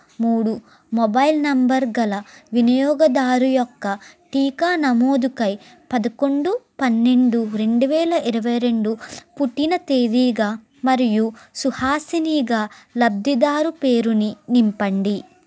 మూడు mobile number గల వినియోగదారు యొక్క టీకా నమోదుకై పదకొండు పన్నెండు రెండు వేల ఇరవై రెండు పుట్టిన తేదీగా మరియు సుహాసినిగా లబ్ధిదారు పేరుని నింపండి